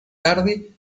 tarde